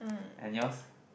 and yours